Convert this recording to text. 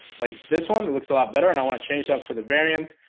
like this one it looks a lot better and i want to change that for the variant.